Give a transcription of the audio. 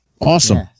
Awesome